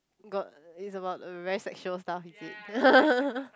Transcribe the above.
got it's about very sexual stuff is it